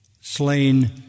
slain